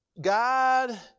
God